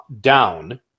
down